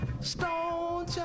stone